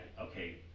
okay